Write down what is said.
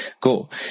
Cool